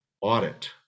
audit